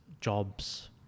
jobs